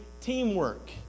teamwork